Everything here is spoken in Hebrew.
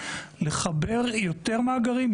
לחבר יותר מאגרים,